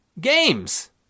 Games